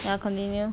ya continue